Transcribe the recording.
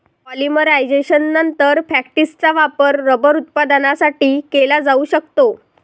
पॉलिमरायझेशननंतर, फॅक्टिसचा वापर रबर उत्पादनासाठी केला जाऊ शकतो